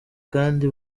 kandi